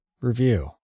review